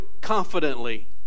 confidently